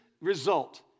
result